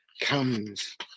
comes